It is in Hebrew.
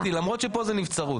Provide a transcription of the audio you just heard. אמרתי, למרות שפה זה נבצרות.